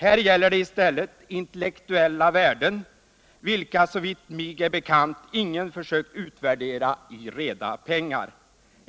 Här gäller det i stället intellektucHa värden, vilka såvitt mig är bekant ingen försökt utvärdera i reda pengar.